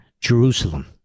Jerusalem